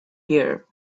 here